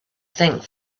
think